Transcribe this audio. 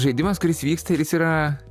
žaidimas kuris vyksta ir jis yra